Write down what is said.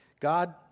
God